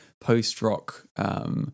post-rock